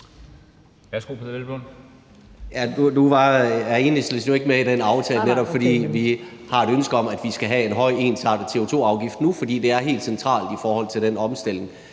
Nu er Enhedslisten jo ikke med i den aftale, netop fordi vi har et ønske om, at vi skal have en høj ensartet CO2-afgift nu, fordi det er helt centralt i forhold til den omstilling.